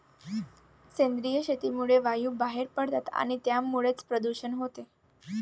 सेंद्रिय शेतीमुळे वायू बाहेर पडतात आणि त्यामुळेच प्रदूषण होते